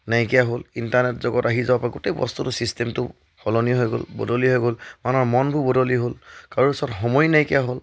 নাইকিয়া হ'ল ইণ্টাৰনেট জগত আহি যাব পৰা গোটেই বস্তুটো চিষ্টেমটো সলনি হৈ গ'ল বদলি হৈ গ'ল মানুহৰ মনবোৰ বদলি হ'ল কাৰো ওচৰত সময় নাইকিয়া হ'ল